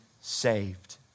saved